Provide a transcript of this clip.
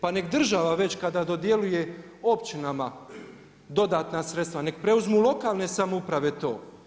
Pa nek države već kada dodjeljuje općinama dodatna sredstva, nek preuzmu lokalne samouprave to.